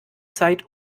zeit